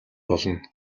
болно